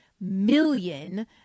million